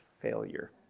failure